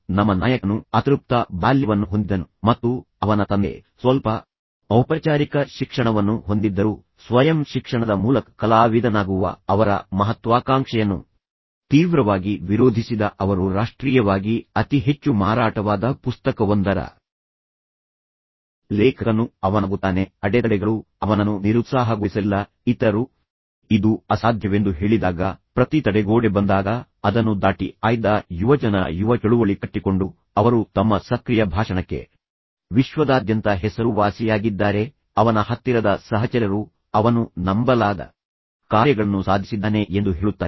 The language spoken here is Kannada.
ನಮ್ಮ ನಾಯಕನು ಅತೃಪ್ತ ಬಾಲ್ಯವನ್ನು ಹೊಂದಿದ್ದನು ಮತ್ತು ಅವನ ತಂದೆ ಸ್ವಲ್ಪ ಔಪಚಾರಿಕ ಶಿಕ್ಷಣವನ್ನು ಹೊಂದಿದ್ದರು ಸ್ವಯಂ ಶಿಕ್ಷಣದ ಮೂಲಕ ಕಲಾವಿದನಾಗುವ ಅವರ ಮಹತ್ವಾಕಾಂಕ್ಷೆಯನ್ನು ತೀವ್ರವಾಗಿ ವಿರೋಧಿಸಿದ ಅವರು ರಾಷ್ಟ್ರೀಯವಾಗಿ ಅತಿ ಹೆಚ್ಚು ಮಾರಾಟವಾದ ಪುಸ್ತಕವೊಂದರ ಲೇಖಕನು ಅವನಾಗುತ್ತಾನೆ ಅಡೆತಡೆಗಳು ಅವನನ್ನು ನಿರುತ್ಸಾಹಗೊಳಿಸಲಿಲ್ಲ ಇತರರು ಇದು ಅಸಾಧ್ಯವೆಂದು ಹೇಳಿದಾಗ ಪ್ರತಿ ತಡೆಗೋಡೆ ಬಂದಾಗ ಅದನ್ನು ದಾಟಿ ಆಯ್ದ ಯುವಜನರ ಯುವ ಚಳುವಳಿ ಕಟ್ಟಿಕೊಂಡು ಅವರು ತಮ್ಮ ಸಕ್ರಿಯ ಭಾಷಣಕ್ಕೆ ವಿಶ್ವದಾದ್ಯಂತ ಹೆಸರುವಾಸಿಯಾಗಿದ್ದಾರೆ ಅವನ ಹತ್ತಿರದ ಸಹಚರರು ಅವನು ನಂಬಲಾಗದ ಕಾರ್ಯಗಳನ್ನು ಸಾಧಿಸಿದ್ದಾನೆ ಎಂದು ಹೇಳುತ್ತಾರೆ